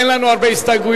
אין לנו הרבה הסתייגויות.